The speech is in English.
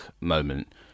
moment